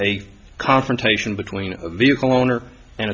a confrontation between a vehicle owner and